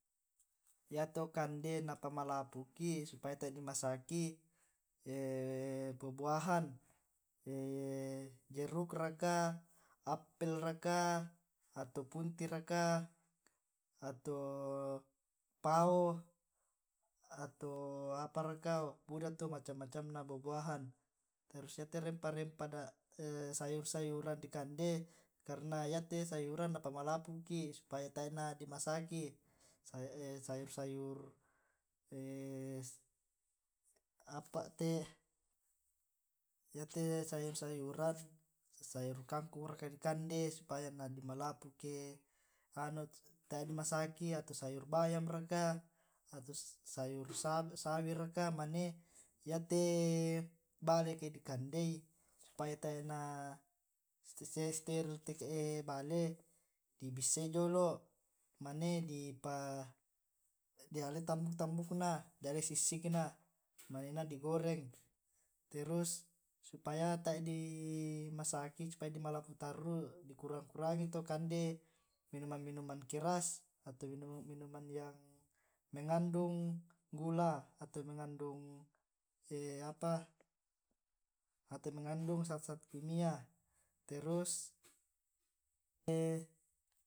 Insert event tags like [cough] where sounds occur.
Ya to kande na pamalapu'ki supaya tea di masaki ehh buah buahan, [hesitation] jeruk raka, apel raka, atau punti raka, atau pao, atau apa raka buda tu macam macamna buah buahan. terus yate rempah rempah sayur sayuran di kande karna yate sayuran na pamalapu'ki supaya taena di masaki. [hesitation] [hesitation] yate sayur sayuran, sayur kangkung raka di kande supaya na den ma lapu' ke anu tae di masaki, sayur bayang raka, sayur sawi raka, mane iyate bale eke dikandei supaya tae'na [hesitation] seteril te' bale dibissai jolo, mane di [hesitation] di alai tambuk tambukna, dialai sissikna, mane digoreng terus supaya tae di masaki supaya di malapu' tarru' dikurang kurangi to kande minuman meniuman keras atau minuman minuman yang mengandung gula atau mengandung [hesitation] atau mengandung zat zat kimia terus [hesitation] [hesitation]